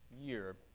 year